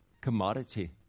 commodity